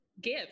give